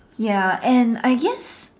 ya and I guess